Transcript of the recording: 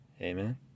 Amen